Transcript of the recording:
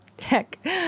Heck